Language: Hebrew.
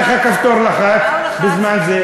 איך הכפתור לחץ בזמן זה?